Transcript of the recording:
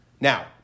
Now